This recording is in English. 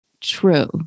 true